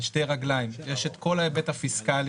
על שתי רגליים: יש את כל ההיבט הפיסקלי